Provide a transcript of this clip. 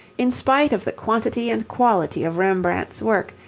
in spite of the quantity and quality of rembrandt's work,